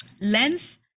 length